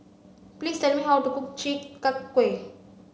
please tell me how to cook chi kak kuih